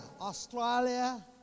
Australia